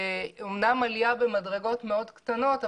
היא אומנם עלייה במדרגות מאוד קטנות,